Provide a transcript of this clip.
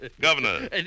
Governor